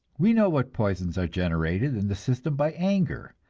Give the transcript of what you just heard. we know what poisons are generated in the system by anger,